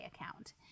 account